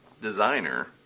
designer